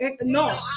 No